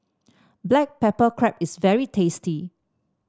Black Pepper Crab is very tasty